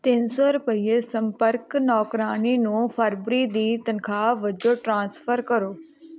ਤਿੰਨ ਸੌ ਰੁਪਈਏ ਸੰਪਰਕ ਨੌਕਰਾਣੀ ਨੂੰ ਫਰਵਰੀ ਦੀ ਤਨਖਾਹ ਵਜੋਂ ਟ੍ਰਾਂਸਫਰ ਕਰੋ